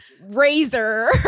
Razor